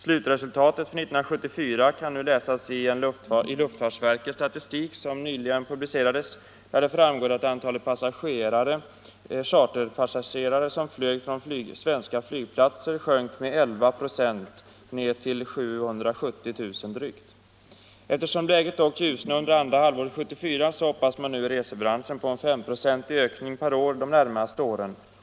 Slutresultaten för 1974 kan nu läsas i luftfartsverkets statistik, som nyligen publicerades, där det framgår att antalet charterpassagerare som flög från svenska flygplatser sjönk med 11 96 till drygt 772 000. Eftersom läget dock ljusnade under andra halvåret 1974, hoppas man nu i resebranschen på en femprocentig ökning per år de närmaste åren.